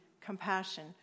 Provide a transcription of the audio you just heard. compassion